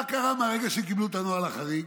מה קרה מהרגע שקיבלו את הנוהל החריג?